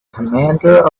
commander